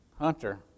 Hunter